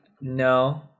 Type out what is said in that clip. No